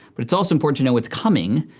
but it's also important to know what's coming.